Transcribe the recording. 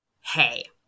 hey